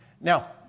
Now